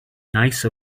nice